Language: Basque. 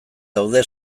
daude